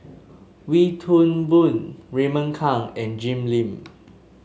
Wee Toon Boon Raymond Kang and Jim Lim